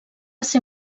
ser